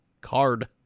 card